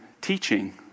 teaching